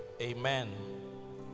Amen